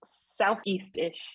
Southeast-ish